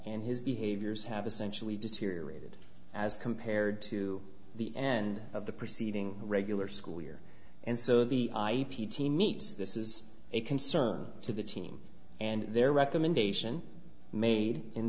and his behaviors have essentially deteriorated as compared to the end of the preceding regular school year and so the i p t meet this is a concern to the team and their recommendation made in